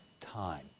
time